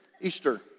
Easter